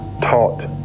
taught